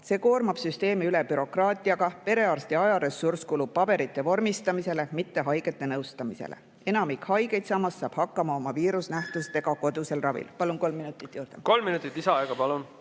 See koormab süsteemi üle bürokraatiaga ning perearsti ajaressurss kulub paberite vormistamisele, mitte haigete nõustamisele. Enamik haigeid samas saab oma viirusnähtudega hakkama kodusel ravil. Palun kolm minutit juurde. Kolm minutit lisaaega. Palun!